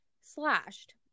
slashed